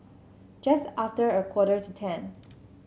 just after a quarter to ten